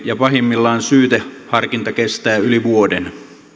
ja pahimmillaan syyteharkinta kestää yli vuoden